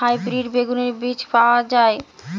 Hybrid বেগুনের বীজ কি পাওয়া য়ায়?